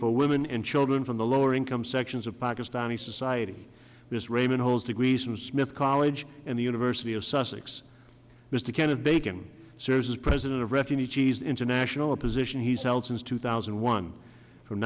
for women and children from the lower income sections of pakistani society this raman holds degrees in smith college and the university of sussex missed a can of bacon serves as president of refugees international a position he's held since two thousand and one from